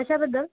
कशाबद्दल